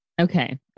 Okay